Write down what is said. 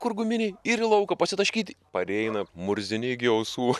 kur guminiai ir į lauką pasitaškyti pareina murzini iki ausų